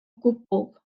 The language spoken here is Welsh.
gwbl